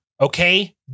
okay